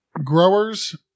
Growers